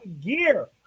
gear